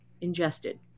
ingested